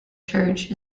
church